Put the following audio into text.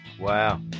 Wow